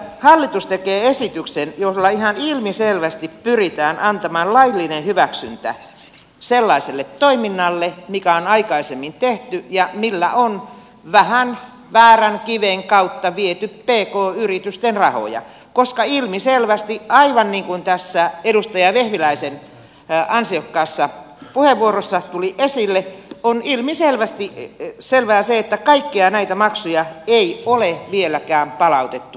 hallitus tekee esityksen jolla ihan ilmiselvästi pyritään antamaan laillinen hyväksyntä sellaiselle toiminnalle mikä on aikaisemmin tehty ja millä on vähän väärän kiven kautta viety pk yritysten rahoja koska ilmiselvästi aivan niin kuin tässä edustaja vehviläisen ansiokkaassa puheenvuorossa tuli esille on ilmiselvästi selvää se että kaikkia näitä maksuja ei ole vieläkään palautettu pk yrityksille